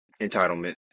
entitlement